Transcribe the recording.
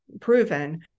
proven